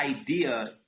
idea